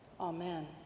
Amen